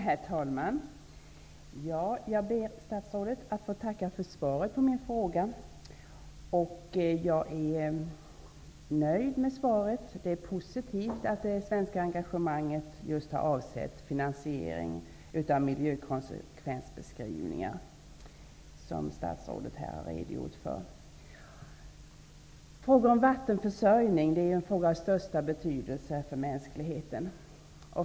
Herr talman! Jag tackar statsrådet för svaret på min fråga. Jag är nöjd med svaret. Det är positivt att det svenska engagemanget just har avsett finansiering av miljökonsekvensbeskrivningar, vilket statsrådet här har redogjort för. Frågan om vattenförsörjning är en fråga av största betydelse för mänskligheten.